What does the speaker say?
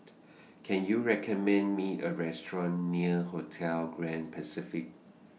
Can YOU recommend Me A Restaurant near Hotel Grand Pacific